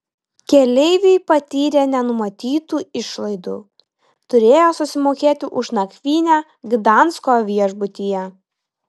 keleiviai patyrė nenumatytų išlaidų turėjo susimokėti už nakvynę gdansko viešbutyje